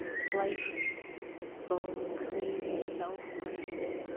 slices with bone-clean self-honesty.